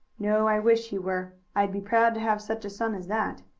no i wish he were. i'd be proud to have such a son as that.